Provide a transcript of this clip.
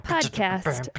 Podcast